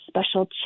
special